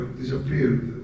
disappeared